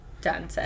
Done